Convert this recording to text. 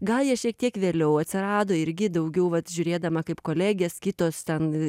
gal jie šiek tiek vėliau atsirado irgi daugiau vat žiūrėdama kaip kolegės kitos ten